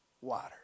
water